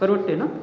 परवडते ना